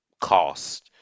cost